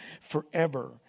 forever